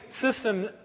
system